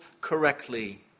correctly